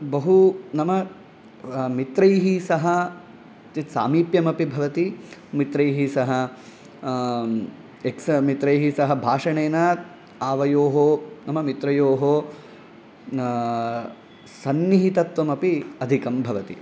बहु नाम मित्रैः सह किञ्चित् सामीप्यमपि भवति मित्रैः सह एक्स् मित्रैः सह भाषणेन आवयोः नाम मित्रयोः सन्निहितत्त्वमपि अधिकं भवति